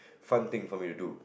fun thing for me to do